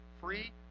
free